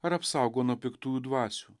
ar apsaugo nuo piktųjų dvasių